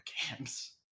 camps